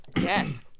Yes